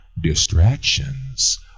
Distractions